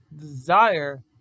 desire